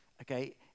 okay